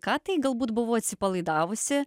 ką tai galbūt buvau atsipalaidavusi